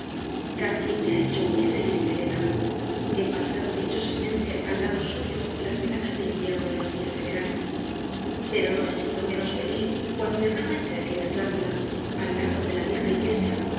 cati me ha hecho muy feliz elena he pasado dichosamente al lado suyo las veladas de invierno y los días de verano pero no he sido menos feliz cuando erraba entre aquellas lápidas al lado de la vieja iglesia